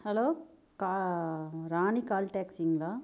hello கா Rani call டாக்ஸிங்களா